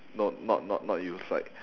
no not not not you is like